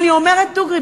אני אומרת דוגרי.